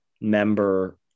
member